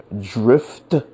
drift